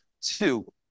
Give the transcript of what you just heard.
two